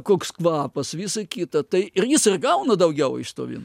koks kvapas visa kita tai ir jis ir gauna daugiau iš to vyno